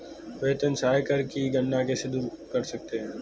वेतन से आयकर की गणना कैसे दूर कर सकते है?